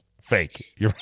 Fake